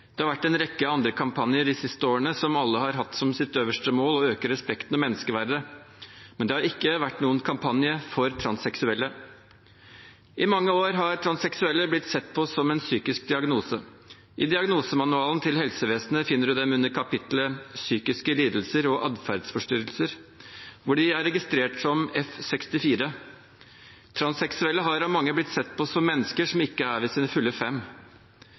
Det har vært en rekke andre kampanjer de siste årene som alle har hatt som sitt øverste mål å øke respekten for menneskeverdet, men det har ikke vært noen kampanje for transseksuelle. I mange år har transseksualisme blitt sett på som en psykisk diagnose. I diagnosemanualen til helsevesenet finner man det under kapitlet «Psykiske lidelser og adferdsforstyrrelser», hvor det er registrert som F64.0. Transseksuelle har av mange blitt sett på som mennesker som ikke er ved sine fulle fem.